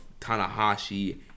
Tanahashi